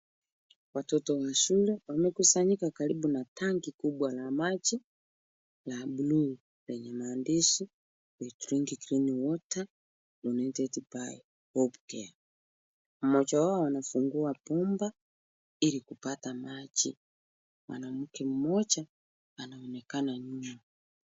Watoto wa shule wamekusanyika karibu na tanki kubwa la maji la blue lenye maandishi we drink clean water donated by hope care. Mmoja wao anafungua bomba ili kupata maji. Mwanamke mmoja anaonekana nyuma.